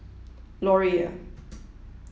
Laurier